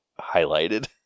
highlighted